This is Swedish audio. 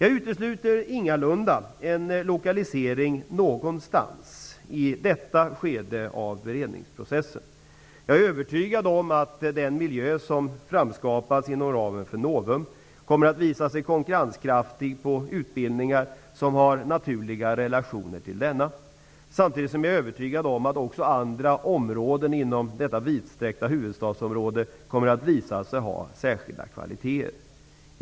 I detta skede av beredningsprocessen utesluter jag inga lokaliseringsalternativ. Jag är övertygad om att den miljö som framskapats inom ramen för Novum kommer att visa sig konkurrenskraftig på utbildningar som har naturliga relationer till denna miljö. Jag är samtidigt övertygad om att också andra områden inom detta vidsträckta huvudstadsområde kommer att visa sig ha särskilda kvaliteter.